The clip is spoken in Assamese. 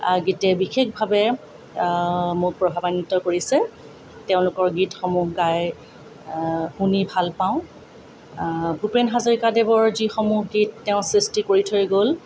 গীতে বিশেষভাৱে মোক প্ৰভাৱান্বিত কৰিছে তেওঁলোকৰ গীতসমূহ গাই শুনি ভাল পাওঁ ভূপেন হাজৰিকাদেৱৰ যিসমূহ গীত তেওঁ সৃষ্টি কৰি থৈ গ'ল